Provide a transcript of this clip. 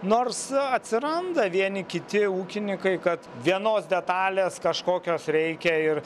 nors atsiranda vieni kiti ūkininkai kad vienos detalės kažkokios reikia ir